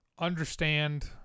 understand